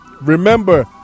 Remember